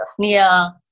Tasnia